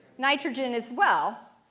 nitrogen as well,